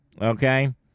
Okay